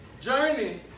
journey